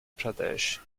pradesh